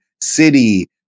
city